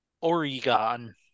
Oregon